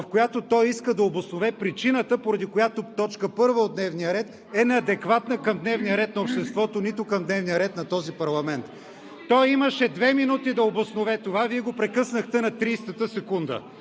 в която той иска да обоснове причината, поради която точка първа от дневния ред е неадекватна към дневния ред на обществото, нито към дневния ред на този парламент. (Реплики от ГЕРБ.) Той имаше две минути да обоснове това, а Вие го прекъснахте на 30-ата секунда.